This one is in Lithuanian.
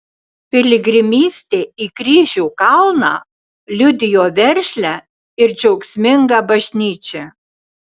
piligrimystė į kryžių kalną liudijo veržlią ir džiaugsmingą bažnyčią